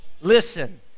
listen